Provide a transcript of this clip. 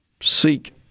seek